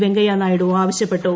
വെങ്കയ്യ നായിഡു ആവശ്യപ്പെട്ടു